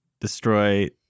destroy